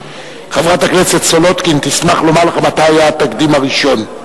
חברת הכנסת סולודקין תשמח לומר לך מתי היה התקדים הראשון.